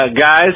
guys